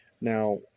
Now